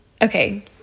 okay